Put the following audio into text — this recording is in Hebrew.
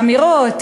אמירות,